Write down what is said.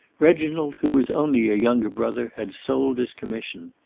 reginald, who was only a younger brother, had sold his commission.